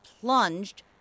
plunged